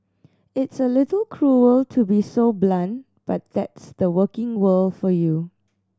it's a little cruel to be so blunt but that's the working world for you